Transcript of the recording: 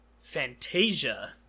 Fantasia